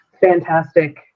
fantastic